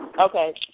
Okay